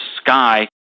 sky